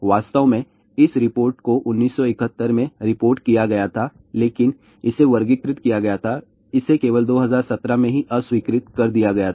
वास्तव में इस रिपोर्ट को 1971 में रिपोर्ट किया गया था लेकिन इसे वर्गीकृत किया गया था इसे केवल 2017 में ही अस्वीकृत कर दिया गया था